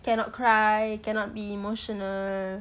cannot cry cannot be emotional